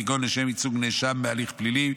כגון לשם ייצוג נאשם בהליך פלילי.